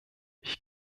ich